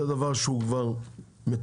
זה דבר שהוא כבר מתועל,